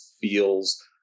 feels